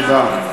תודה.